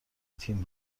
تیم